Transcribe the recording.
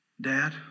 Dad